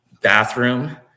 bathroom